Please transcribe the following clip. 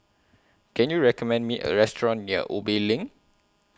Can YOU recommend Me A Restaurant near Ubi LINK